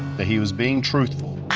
that he was being truthful.